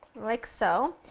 like so.